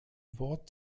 wort